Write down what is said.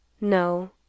No